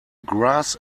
grass